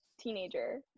teenager